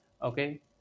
Okay